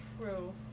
True